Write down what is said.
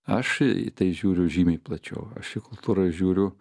aš į tai žiūriu žymiai plačiau aš į kultūrą žiūriu